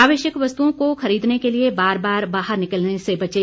आवश्यक वस्तुओं को खरीदने के लिए बार बार बाहर निकलने से बचें